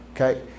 Okay